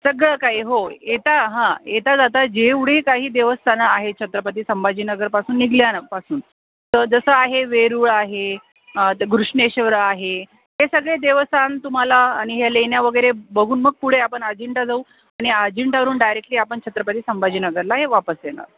सगळं काही हो येता हां येता जाता जेवढी काही देवस्थानं आहे छत्रपती संभाजीनगरपासून निघाल्यापासून तर जसं आहे वेरूळ आहे तर घृष्णेश्वर आहे हे सगळे देवस्थान तुम्हाला आणि ह्या लेण्या वगैरे बघून मग पुढे आपण अजिंठा जाऊ आणि अजिंठावरून डायरेक्टली आपण छत्रपती संभजीनगरला हे वापस येणार